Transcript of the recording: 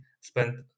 spent